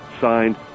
signed